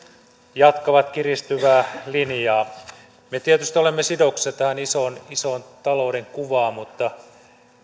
jatkavat kiristyvää linjaa me tietysti olemme sidoksissa tähän isoon isoon talouden kuvaan mutta